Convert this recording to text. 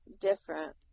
different